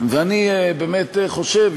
אני באמת חושב,